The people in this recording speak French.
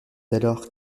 alors